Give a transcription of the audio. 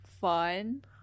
fun